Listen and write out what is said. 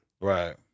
right